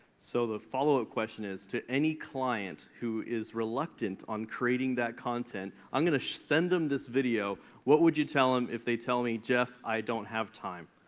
so the follow-up question is to any client who is reluctant on creating that content, i'm gonna send em this video. what would you tell em if they tell me, jeff, i don't have time?